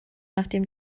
nachdem